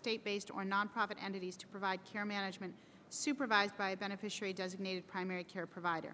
state based or nonprofit entities to provide care management supervised by a beneficiary designated primary care provider